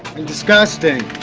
and disgusting.